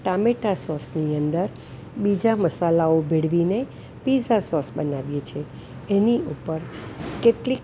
ટામેટાં સોસની અંદર બીજા મસાલાઓ ભેળવીને પીઝા સોસ બનાવીએ છીએ એની ઉપર કેટલીક